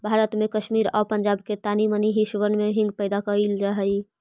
भारत में कश्मीर आउ पंजाब के तानी मनी हिस्सबन में हींग पैदा कयल जा हई